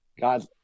God